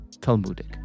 Talmudic